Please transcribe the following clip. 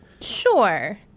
Sure